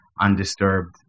undisturbed